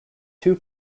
two